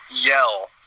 yell